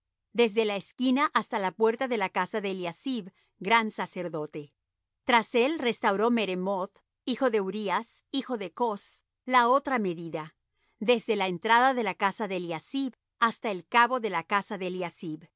desde la esquina hasta la puerta de la casa de eliasib gran sacerdote tras él restauró meremoth hijo de urías hijo de cos la otra medida desde la entrada de la casa de eliasib hasta el cabo de la casa de eliasib